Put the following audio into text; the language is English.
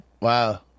Wow